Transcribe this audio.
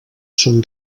són